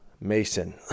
Mason